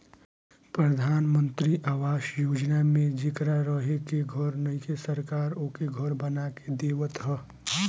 प्रधान मंत्री आवास योजना में जेकरा रहे के घर नइखे सरकार ओके घर बना के देवत ह